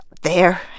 There